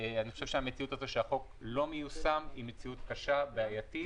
המציאות הזאת שהחוק לא מיושם היא מציאות קשה ובעייתית.